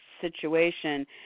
situation